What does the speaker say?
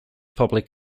public